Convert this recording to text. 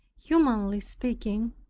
humanly speaking,